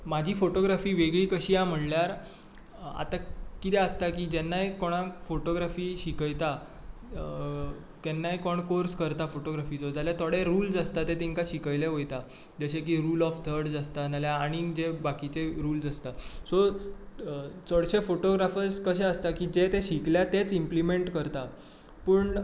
म्हाजी फॉटोग्राफी वेगळी कशी आहा म्हणल्यार आतां कितें आसता की जेन्नाय कोणांक फॉटोग्राफी शिकयता केन्नाय कोण कोर्स करता फॉटोग्राफिचो जाल्यार थोडे रुल्स आसता ते तांकां शिकयले वयता जशें रूल ऑफ थर्ड्स आसता नाजाल्यार आनीक जे बाकिचे रुल्स आसता सो चडशे फॉटोग्राफर्स कशें आसता की जे ते शिकल्या तेंच इमप्लिमेंट करतात पूण